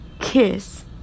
kiss